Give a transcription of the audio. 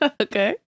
Okay